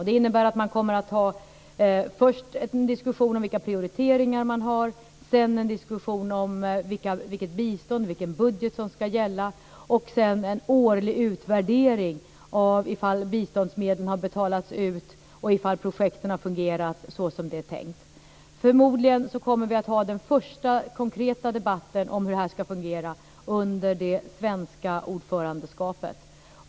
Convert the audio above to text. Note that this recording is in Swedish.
Det innebär att man först kommer att ha en diskussion om vilka prioriteringar man har, en diskussion om vilket bistånd och vilken budget som ska gälla och sedan en årlig utvärdering av ifall biståndsmedlen har betalats ut och ifall projekten har fungerat så som det är tänkt. Förmodligen kommer vi att ha den fösta konkreta debatten om hur det här ska fungera under det svenska ordförandeskapet.